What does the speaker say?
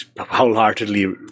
wholeheartedly